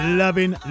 loving